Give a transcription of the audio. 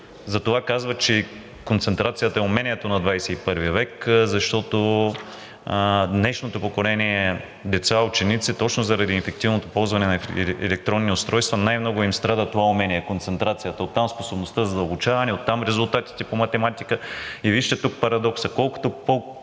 Затова казват, че и концентрацията е умението на XXI век, защото на днешното поколение деца, ученици точно заради ефективното ползване на електронни устройства най-много им страда това умение – концентрацията, оттам способността за задълбочаване, оттам резултатите по математика. И вижте тук парадокса